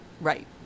Right